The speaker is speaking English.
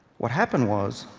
what happened was,